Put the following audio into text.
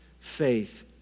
faith